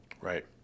Right